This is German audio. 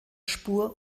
spur